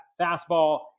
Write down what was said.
fastball